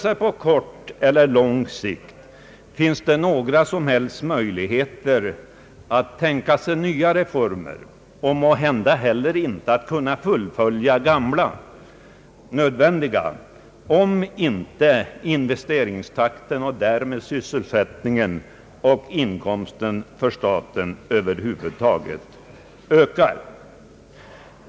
Varken på kort eller lång sikt finns det några som helst möjligheter att tänka sig nya reformer och måhända inte heller att fullfölja gamla och nödvändiga sådana, om inte investeringstakten och därmed sysselsättningen och inkomsterna för staten över huvud taget ökar.